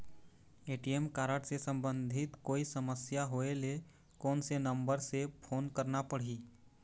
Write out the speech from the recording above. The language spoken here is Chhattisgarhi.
ए.टी.एम कारड से संबंधित कोई समस्या होय ले, कोन से नंबर से फोन करना पढ़ही?